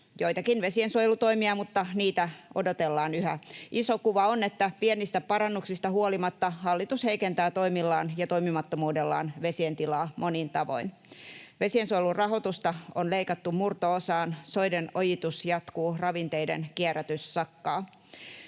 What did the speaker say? joitakin vesiensuojelutoimia, mutta niitä odotellaan yhä. Iso kuva on, että pienistä parannuksista huolimatta hallitus heikentää toimillaan ja toimimattomuudellaan vesien tilaa monin tavoin. Vesiensuojelun rahoitusta on leikattu murto-osaan, soiden ojitus jatkuu, ravinteiden kierrätys sakkaa.